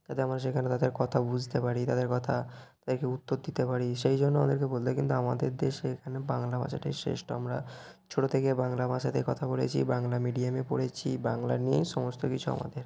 তাতে আমরা সেখানে তাদের কথা বুঝতে পারি তাদের কথা তাদেরকে উত্তর দিতে পারি সেই জন্য আমাদেরকে বলতে হয় কিন্তু আমাদের দেশে এখানে বাংলা ভাষাটাই শ্রেষ্ঠ আমরা ছোটো থেকে বাংলা ভাষাতেই কথা বলেছি বাংলা মিডিয়ামে পড়েছি বাংলা নিয়েই সমস্ত কিছু আমাদের